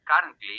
currently